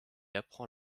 apprend